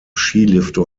skilifte